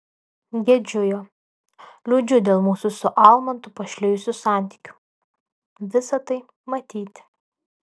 gedžiu jo liūdžiu dėl mūsų su almantu pašlijusių santykių visa tai matyti